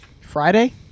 Friday